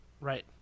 Right